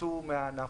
ייפלטו מהענף.